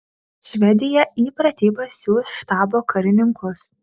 švedija į pratybas siųs štabo karininkus